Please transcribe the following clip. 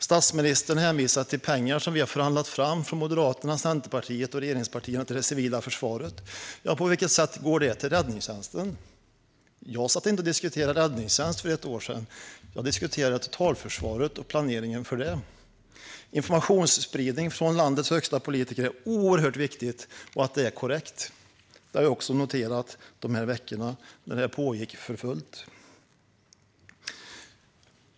Statsministern hänvisar till pengar som vi från Moderaterna, Centerpartiet och regeringspartierna har förhandlat fram till det civila försvaret. Ja, på vilket sätt går det till räddningstjänsten? Jag satt inte och diskuterade räddningstjänst för ett år sedan. Jag diskuterade totalförsvaret och planeringen av det. Informationsspridningen från landets högsta politiker är oerhört viktig, och det är viktigt att den är korrekt. Det har jag också noterat de veckor när detta pågick för fullt.